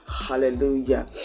Hallelujah